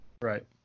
Right